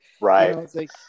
right